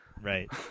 Right